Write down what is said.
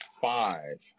five